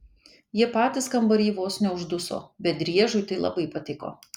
jie patys kambary vos neužduso bet driežui tai labai patiko